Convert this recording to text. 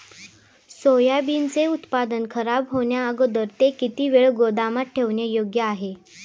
सोयाबीनचे उत्पादन खराब होण्याअगोदर ते किती वेळ गोदामात ठेवणे योग्य आहे?